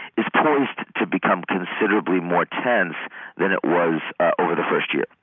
is poised to become considerably more tense than it was over the first year.